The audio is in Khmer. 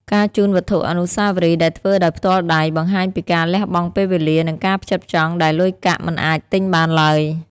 ការជូនវត្ថុអនុស្សាវរីយ៍ដែលធ្វើដោយផ្ទាល់ដៃ បង្ហាញពីការលះបង់ពេលវេលា និងការផ្ចិតផ្ចង់ដែលលុយកាក់មិនអាចទិញបានឡើយ។